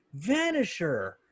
vanisher